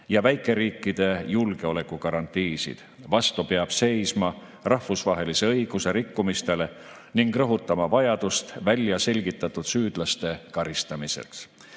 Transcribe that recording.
ja väikeriikide julgeolekugarantiisid, vastu peab seisma rahvusvahelise õiguse rikkumistele ning rõhutama vajadust väljaselgitatud süüdlaste karistamiseks.